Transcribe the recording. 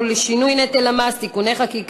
לליאת קרפטי,